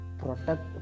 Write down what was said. protect